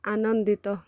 ଆନନ୍ଦିତ